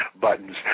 buttons